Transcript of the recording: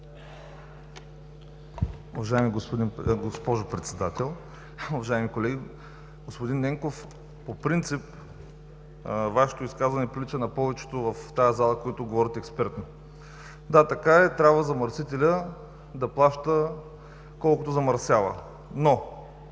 Уважаема госпожо председател, уважаеми колеги! Господин Ненков, по принцип Вашето изказване прилича на повечето в тая зала, които говорят експертно. Да, така е, трябва замърсителят да плаща колкото замърсява, но